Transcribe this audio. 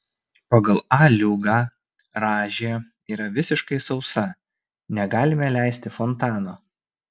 pagal a liugą rąžė yra visiškai sausa negalime leisti fontano